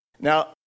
Now